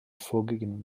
vorgegebenen